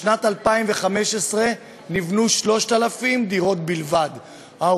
בשנת 2015 נבנו 3,000 דירות כאלה בלבד.